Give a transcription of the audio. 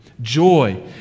Joy